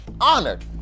honored